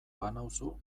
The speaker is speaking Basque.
banauzu